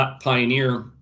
Pioneer